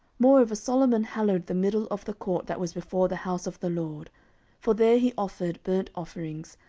moreover solomon hallowed the middle of the court that was before the house of the lord for there he offered burnt offerings,